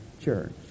church